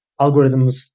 algorithms